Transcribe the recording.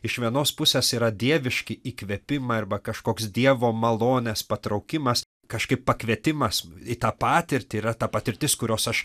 iš vienos pusės yra dieviški įkvėpimai arba kažkoks dievo malonės patraukimas kažkaip pakvietimas į tą patirtį yra ta patirtis kurios aš